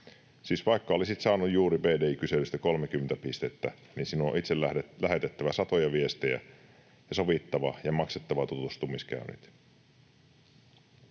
siis vaikka olisit saanut juuri BDI-kyselystä 30 pistettä, niin sinun on itse lähetettävä satoja viestejä ja sovittava ja maksettava tutustumiskäynnit.